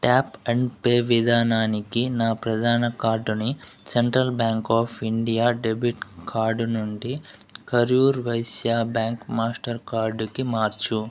tap and pay విధానానికి నా ప్రధాన కార్డుని central bank of India debit card నుండి కరూర్ వైశ్య బ్యాంక్ మాస్టర్ కార్డుకి మార్చు